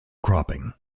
cropping